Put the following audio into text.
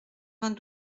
vingt